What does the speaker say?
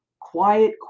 quiet